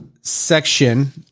section